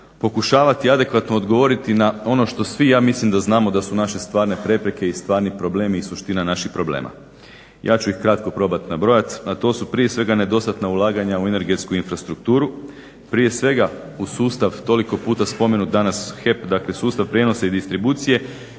pokušavati adekvatno odgovoriti na ono što svi ja mislim da znamo da su naše stvarne prepreke i stvarni problemi i suština naših problema. Ja ću ih kratko probat nabrojat, a to su prije svega nedostatna ulaganja u energetsku infrastrukturu, prije svega u sustav toliko puta spomenut danas HEP, dakle sustav prijenosa i distribucije